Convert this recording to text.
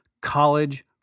college